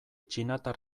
txinatar